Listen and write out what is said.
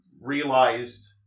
realized